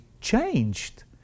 changed